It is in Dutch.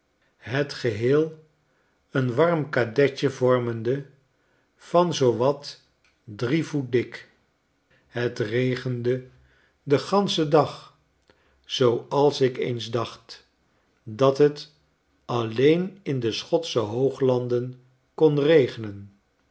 het geheel een warm kadetje vormende van zoo wat drie voet dik het regende den ganschen dag zooals ik eens dacht dat het alleen in de schotsche hooglanden kon regenen